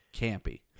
campy